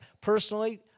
personally